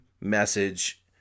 message